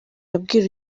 yabwiye